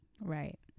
Right